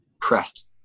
pressed